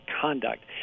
conduct